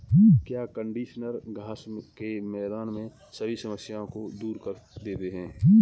क्या कंडीशनर घास के मैदान में सभी समस्याओं को दूर कर देते हैं?